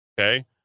okay